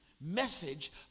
message